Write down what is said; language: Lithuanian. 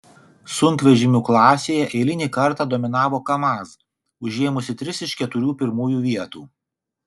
sunkvežimių klasėje eilinį kartą dominavo kamaz užėmusi tris iš keturių pirmųjų vietų